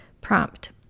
Prompt